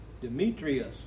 Demetrius